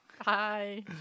Hi